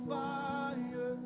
fire